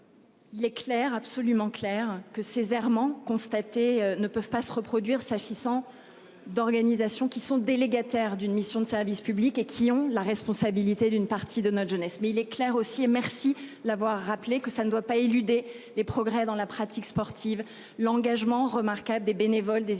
Il est clair absolument clair que ces errements constatés ne peuvent pas se reproduire. S'agissant d'organisation qui sont délégataire d'une mission de service public et qui ont la responsabilité d'une partie de notre jeunesse mais il est clair aussi et merci d'avoir rappelé que ça ne doit pas éluder les progrès dans la pratique sportive l'engagement remarquable des bénévoles des éducateurs